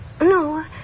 No